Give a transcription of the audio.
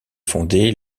fondée